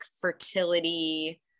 fertility